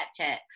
Snapchat